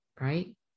right